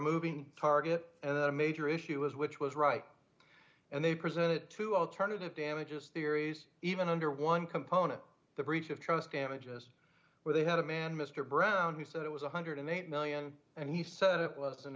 moving target a major issue was which was right and they presented to alternative damages theories even under one component the breach of trust damages where they had a man mr brown who said it was one hundred and eight million and he said it